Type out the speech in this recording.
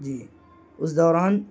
جی اس دوران